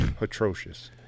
atrocious